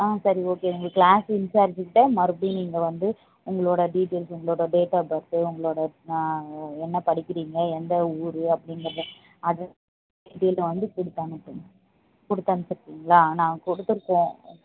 ஆ சரி ஓகே உங்களுக்கு class incharge கிட்ட மறுப்படியும் நீங்கள் வந்து உங்களோட டீட்டெயில்ஸ் உங்களோட டேட்டாஃப் பெர்த்து உங்களோட என்ன படிக்கிறிங்க எந்த ஊர் அப்டிங்கறதை அதர் டீட்டெயில்யும் வந்து கொடுத்து அனுப்புங்கள் கொடுத்து அனுப்பிசுட்ருக்கிங்களா நான் கொடுத்துருக்கேன்